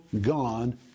Gone